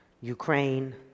Ukraine